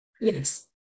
Yes